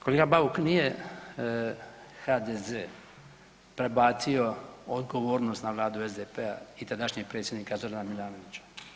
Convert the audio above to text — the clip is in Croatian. Kolega Bauk nije HDZ-e prebacio odgovornost na Vladu SDP-a i tadašnjeg predsjednika Zorana Milanovića.